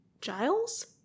Giles